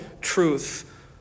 truth